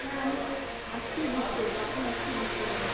হ্যাঁ আমি আজকেই বুক করব আপনি আজকেই বুক করে দিন